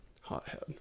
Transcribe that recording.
Hothead